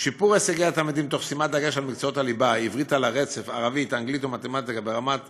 דוברי עברית לתלמידי החברה הערבית